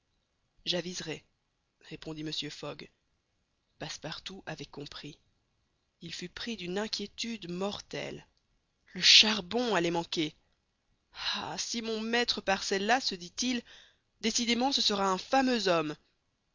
j'aviserai répondit mr fogg passepartout avait compris il fut pris d'une inquiétude mortelle le charbon allait manquer ah si mon maître pare celle-là se dit-il décidément ce sera un fameux homme